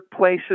workplaces